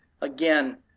again